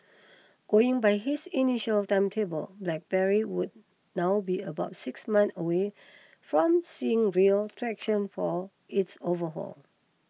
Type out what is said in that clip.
going by his initial timetable BlackBerry would now be about six month away from seeing real traction for its overhaul